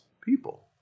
people